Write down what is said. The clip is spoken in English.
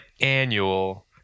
annual